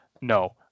No